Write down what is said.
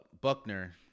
Buckner